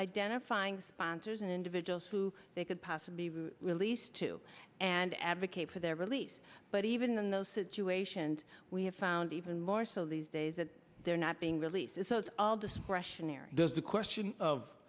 identifying sponsors and individuals who they could possibly release to and advocate for their release but even in those situations we have found even more so these days that they're not being releases so it's all discretionary there's the question of